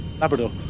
Labrador